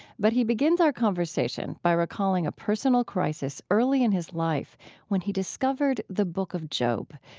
but he begins our conversation by recalling a personal crisis early in his life when he discovered the book of job,